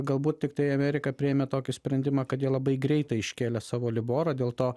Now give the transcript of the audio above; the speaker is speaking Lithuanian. galbūt tiktai amerika priėmė tokį sprendimą kad jie labai greitai iškėlė savo liborą dėl to